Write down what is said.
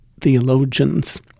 theologians